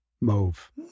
Mauve